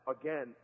again